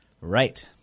Right